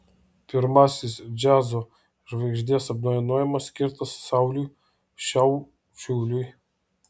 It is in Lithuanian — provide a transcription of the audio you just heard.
pirmasis džiazo žvaigždės apdovanojimas skirtas sauliui šiaučiuliui